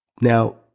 Now